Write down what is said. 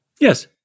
Yes